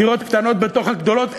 דירות קטנות בתוך הגדולות.